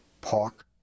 park